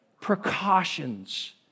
precautions